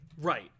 Right